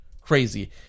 crazy